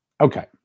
Okay